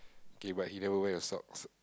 okay but you never wear your socks